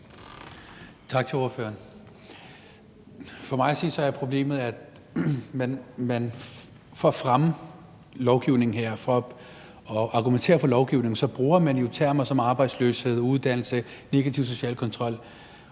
Tak til ordføreren. For mig at se er problemet, at man for at fremme lovgivningen her og for at argumentere for lovgivningen jo bruger termer som arbejdsløshed, uddannelse og negativ social kontrol.